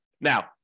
Now